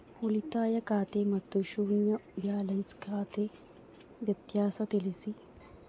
ಉಳಿತಾಯ ಖಾತೆ ಮತ್ತೆ ಶೂನ್ಯ ಬ್ಯಾಲೆನ್ಸ್ ಖಾತೆ ವ್ಯತ್ಯಾಸ ತಿಳಿಸಿ?